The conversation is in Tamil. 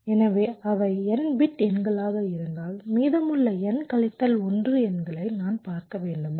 எனவேஅவை n பிட் எண்களாக இருந்தால் மீதமுள்ள n கழித்தல் 1 எண்களை நான் பார்க்க வேண்டுமா